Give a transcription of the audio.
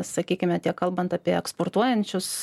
sakykime tiek kalbant apie eksportuojančius